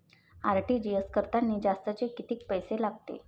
RTGS करतांनी जास्तचे कितीक पैसे लागते?